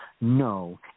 No